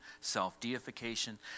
Self-deification